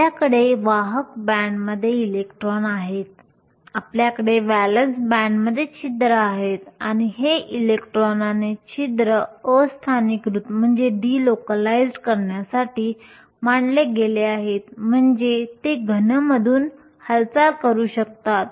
आपल्याकडे वाहक बँडमध्ये इलेक्ट्रॉन आहेत आपल्याकडे व्हॅलेन्स बँडमध्ये छिद्र आहेत आणि हे इलेक्ट्रॉन आणि छिद्र अस्थानीकृत करण्यासाठी मांडले गेले आहेत म्हणजे ते घनमधून हालचाल करू शकतात